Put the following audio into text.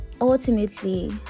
ultimately